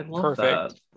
perfect